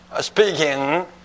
speaking